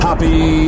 Happy